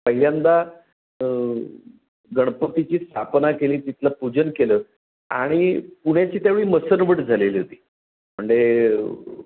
पहिल्यांदा गणपतीची स्थापना केली तिथलं पूजन केलं आणि पुण्याची त्यावेळी मसणवट झालेली होती म्हणजे